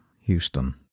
Houston